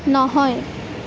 নহয়